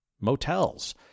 motels